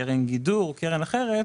קרן גידור או קרן אחרת,